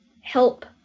help